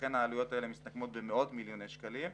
ולכן העלויות האלה מסתכמות במאות מיליוני שקלים.